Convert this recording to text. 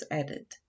added